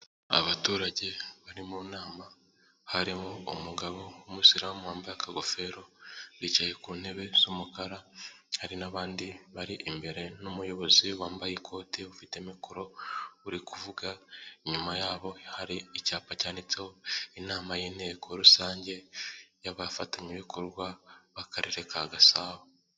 Abaturage bari mu nama, harimo umugabo w'umusilamu wambaye akagofero, bicaye ku ntebe z'umukara, hari n'abandi bari imbere n'umuyobozi wambaye ikote ufite mikoro, uri kuvuga, inyuma yabo hari icyapa cyanditseho inama y'inteko rusange y'abafatanyabikorwa b'Akarere ka Gasabo.